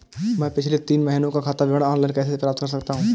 मैं पिछले तीन महीनों का खाता विवरण ऑनलाइन कैसे प्राप्त कर सकता हूं?